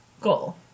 goal